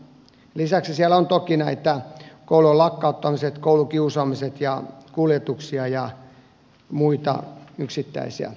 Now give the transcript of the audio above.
lisäksi siellä on toki koulujen lakkauttamisia koulukiusaamisia kuljetuksia ja muita yksittäisiä huomioita